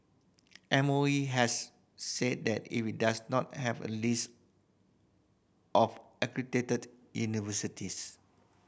M O E has said that if it does not have a list of accredited universities